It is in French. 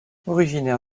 originaire